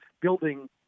building –